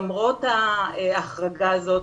למרות ההחרגה הזאת,